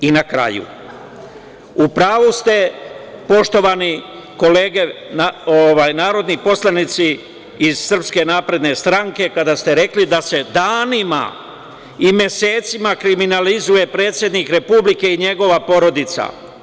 I, na kraju u pravu ste poštovani kolege narodni poslanici iz SNS kada ste rekli da ste danima i mesecima kriminalizuje predsednik Republike i njegova porodica.